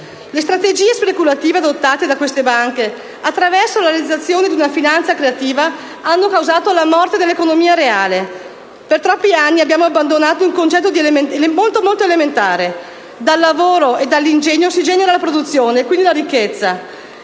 Le strategie speculative adottate da queste banche, attraverso la realizzazione di una finanza creativa, hanno causato la morte dell'economia reale. Per troppi anni abbiamo abbandonato un concetto molto elementare: dal lavoro e dall'ingegno si genera la produzione e, quindi, la ricchezza.